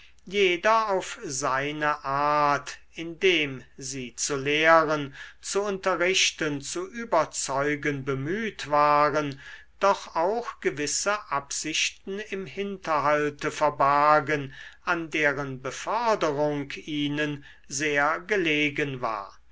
jeder auf seine art indem sie zu lehren zu unterrichten und zu überzeugen bemüht waren doch auch gewisse absichten im hinterhalte verbargen an deren beförderung ihnen sehr gelegen war